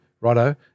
Righto